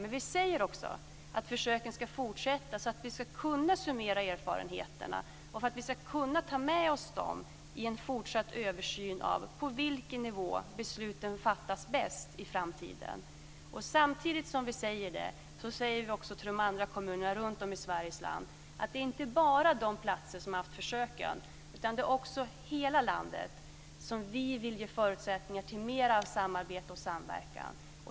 Men vi säger också att försöken ska fortsätta för att vi ska kunna summera erfarenheterna och för att vi ska kunna ta med oss dem i en fortsatt översyn av besluten, på vilken nivå besluten fattas bäst i framtiden. Samtidigt som vi säger det säger vi till de andra kommunerna runtom i Sveriges land att det inte är bara de platser som har haft försök utan hela landet som vi vill ge förutsättningar för mera av samarbete och samverkan.